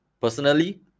personally